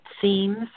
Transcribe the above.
themes